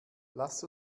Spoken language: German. lasst